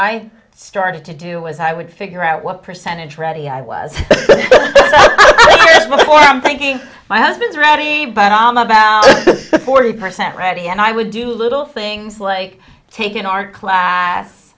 i started to do was i would figure out what percentage ready i was thinking my husband's ready but i'm about forty percent ready and i would do little things like take an art class